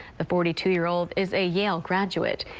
the forty two year-old is a yale graduate.